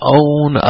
own